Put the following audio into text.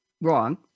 wrong